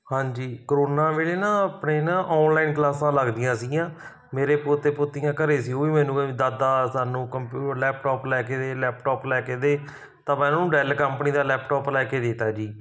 ਹਾਂਜੀ ਕਰੋਨਾ ਵੇਲੇ ਨਾ ਆਪਣੇ ਨਾ ਆਨਲਾਈਨ ਕਲਾਸਾਂ ਲੱਗਦੀਆਂ ਸੀਗੀਆਂ ਮੇਰੇ ਪੋਤੇ ਪੋਤੀਆਂ ਘਰ ਸੀ ਉਹ ਵੀ ਮੈਨੂੰ ਦਾਦਾ ਸਾਨੂੰ ਕੰਪ ਲੈਪਟਾਪ ਲੈ ਕੇ ਦੇ ਲੈਪਟਾਪ ਲੈ ਕੇ ਦੇ ਤਾਂ ਮੈਂ ਉਹਨਾਂ ਨੂੰ ਡੈਲ ਕੰਪਨੀ ਦਾ ਲੈਪਟਾਪ ਲੈ ਕੇ ਦੇ ਦਿੱਤਾ ਜੀ